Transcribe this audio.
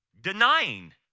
denying